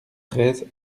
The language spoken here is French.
treize